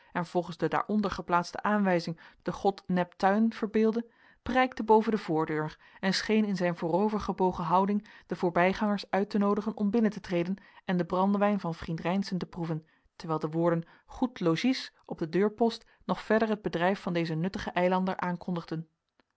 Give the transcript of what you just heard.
en volgens de daaronder geplaatste aanwijzing den god neptuin verbeeldde prijkte boven de voordeur en scheen in zijn voorover gebogen houding de voorbijgangers uit te noodigen om binnen te treden en den brandewijn van vriend reynszen te proeven terwijl de woorden goed logies op den deurpost nog verder het bedrijf van dezen nuttigen eilander aankondigden